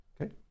Okay